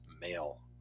male